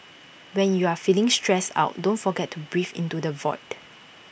when you are feeling stressed out don't forget to breathe into the void